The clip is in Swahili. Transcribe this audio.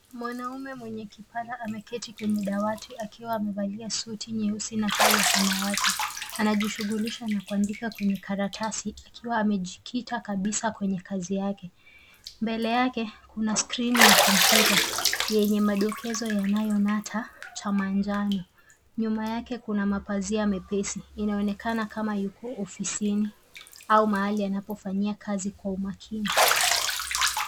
Mwanaume mwenye kipara ameketi kwenye dawati akiwa amevalia suti nyeusi na tai ya samawati. Anajishughulisha na kuandika kwenye karatasi akiwa amejikita kabisa kwenye kazi yake. Mbele yake, kuna skreeni ya kompyuta yenye madokezo yanayonata ya manjano. Nyuma yake kuna mapazia mepesi. Inaonekana kama yuko ofisini au mahali anapofanyia kazi kwa umakini.